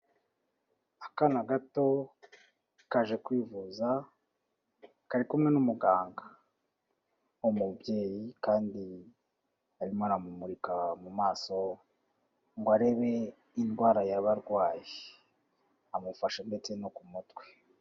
Akana gato, kaje kwivuza, kari kumwe n'umuganga. Umubyeyi kandi arimo aramumurika mu maso, ngo arebe indwara yaba arwaye. Amufashe ndetse no ku mutwe.